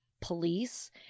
police